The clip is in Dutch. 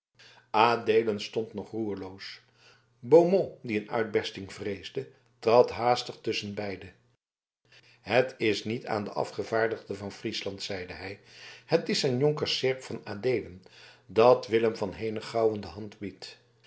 adeelen stond nog roerloos beaumont die een uitbersting vreesde trad haastig tusschen beiden het is niet aan den afgevaardigde van friesland zeide hij het is aan jonker seerp van adeelen dat willem van henegouwen de hand biedt